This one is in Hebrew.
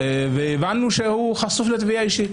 והבנו שהוא חשוף לתביעה אישית.